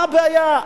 מה הבעיה?